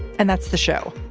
and that's the show.